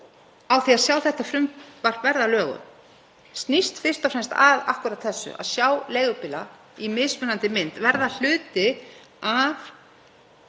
á því að sjá þetta frumvarp verða að lögum, snýr fyrst og fremst að akkúrat þessu, að sjá leigubíla í mismunandi mynd verða hluta af